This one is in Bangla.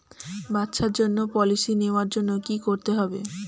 বাচ্চার জন্য পলিসি নেওয়ার জন্য কি করতে হবে?